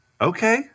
okay